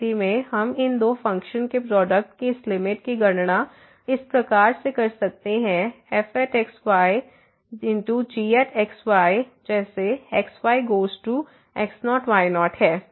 उस स्थिति में हम इन दो फ़ंक्शन के प्रोडक्ट की इस लिमिट की गणना इस प्रकार कर सकते हैं fx ygx y जैसे x y goes to x0 y0है